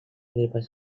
grippers